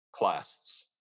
clasts